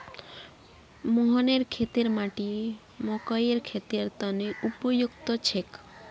मोहनेर खेतेर माटी मकइर खेतीर तने उपयुक्त छेक